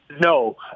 No